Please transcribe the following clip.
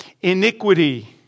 Iniquity